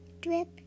drip